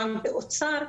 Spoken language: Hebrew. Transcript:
פעם באוצר.